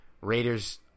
Raiders